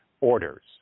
orders